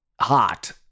hot